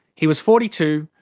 he was forty two,